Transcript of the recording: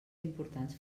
importants